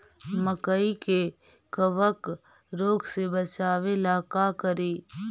मकई के कबक रोग से बचाबे ला का करि?